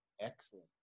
Excellent